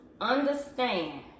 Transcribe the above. Understand